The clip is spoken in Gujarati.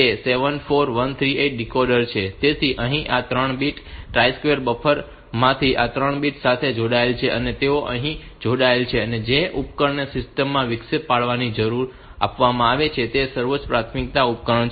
તેથી અહીં આ 3 બિટ્સ આ ટ્રાઇ સ્ટેટ બફર માંથી આ 3 બિટ્સ સાથે જોડાયેલા છે તેઓ અહીં જોડાયેલા છે અને જે પણ ઉપકરણને સિસ્ટમમાં વિક્ષેપ પાડવાની મંજૂરી આપવામાં આવી છે તે સર્વોચ્ચ પ્રાથમિકતા ઉપકરણ છે